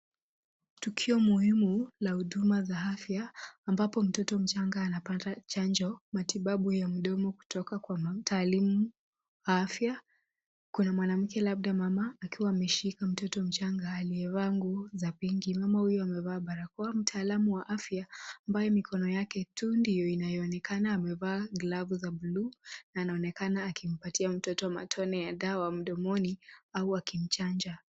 Tukio muhimu la huduma za afya ambapo mtoto mchanga anapata chanjo matibabu ya mdomo kutoka kwa mtalimu wa afya. Kuna mwanamke labda mama akiwa ameshika mtoto mchanga aliyevaa nguo za pinki . Mama huyo amevaa barakoa. Mtalamu wa afya ambaye mikono yake tu inaonekana amevaa glavu za buluu na anaonekana akimpatia mtoto matone ya dawa mdomoni au akimchanja.